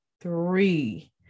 three